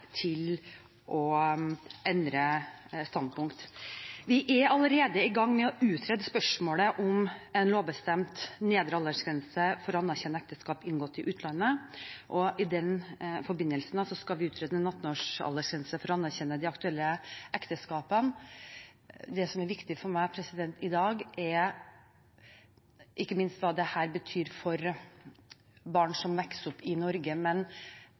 til å endre standpunkt. Vi er allerede i gang med å utrede spørsmålet om en lovbestemt nedre aldersgrense for å anerkjenne ekteskap inngått i utlandet, og i den forbindelse skal vi utrede en 18-årsaldersgrense for å anerkjenne de aktuelle ekteskapene. Det som er viktig for meg i dag, er ikke minst hva dette betyr for barn som vokser opp i Norge,